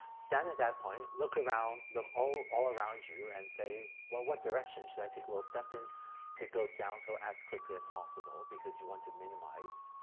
stand at that point look around, look all all around you and say, say, well, what direction should i take a little step in to go downhill as quickly as possible because you want to minimize,